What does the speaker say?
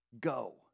Go